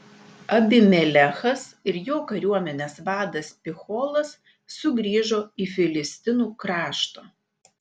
abimelechas ir jo kariuomenės vadas picholas sugrįžo į filistinų kraštą